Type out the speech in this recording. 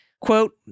Quote